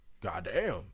goddamn